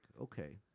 okay